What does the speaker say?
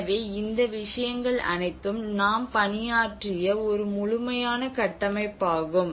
எனவே இந்த விஷயங்கள் அனைத்தும் நாம் பணியாற்றிய ஒரு முழுமையான கட்டமைப்பாகும்